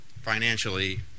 financially